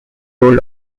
role